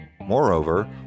Moreover